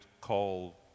call